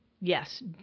Yes